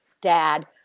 dad